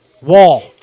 Wall